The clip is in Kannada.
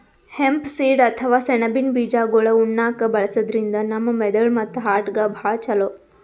ಹೆಂಪ್ ಸೀಡ್ ಅಥವಾ ಸೆಣಬಿನ್ ಬೀಜಾಗೋಳ್ ಉಣ್ಣಾಕ್ಕ್ ಬಳಸದ್ರಿನ್ದ ನಮ್ ಮೆದಳ್ ಮತ್ತ್ ಹಾರ್ಟ್ಗಾ ಭಾಳ್ ಛಲೋ